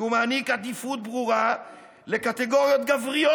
כי הוא מעניק עדיפות ברורה לקטגוריות גבריות,